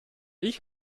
ich